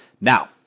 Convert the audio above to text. Now